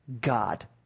God